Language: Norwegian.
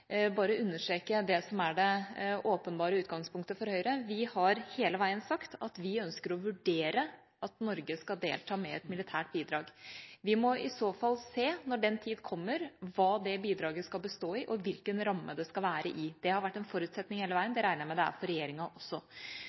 bare understreke det som er det åpenbare utgangspunktet for Høyre: Vi har hele veien sagt at vi ønsker å vurdere at Norge skal delta med et militært bidrag. Vi må i så fall se, når den tid kommer, hva det bidraget skal bestå i, og hvilken ramme det skal være i. Det har vært en forutsetning hele veien – det regner jeg med det er for regjeringa også.